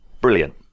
Brilliant